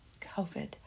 COVID